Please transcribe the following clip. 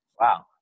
wow